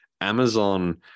Amazon